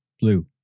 blue